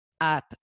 up